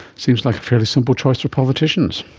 seems like a fairly simple choice for politicians.